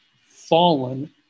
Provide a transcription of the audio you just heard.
fallen